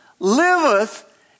liveth